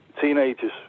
teenagers